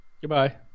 Goodbye